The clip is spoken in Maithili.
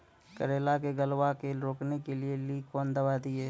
करेला के गलवा के रोकने के लिए ली कौन दवा दिया?